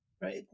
Right